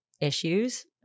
issues